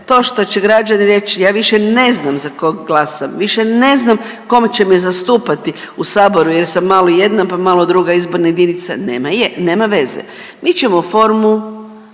To što će građani reći ja više ne znam za kog glasam, više ne znam tko će me zastupati u saboru jer sam malo jedna, pa malo druga izborna jedinica nema veze. Mi ćemo formu